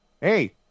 Hey